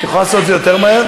את יכולה לעשות את זה יותר מהר?